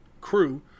crew